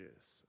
yes